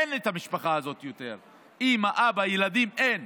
אין את המשפחה הזאת יותר, אימא, אבא, ילדים, אין.